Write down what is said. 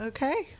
Okay